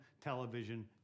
television